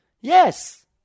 Yes